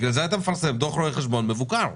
בגלל זה אתה מפרסם דוח רואה חשבון מבוקר,